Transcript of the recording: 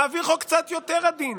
נעביר חוק קצת יותר עדין